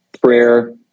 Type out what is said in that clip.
prayer